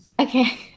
okay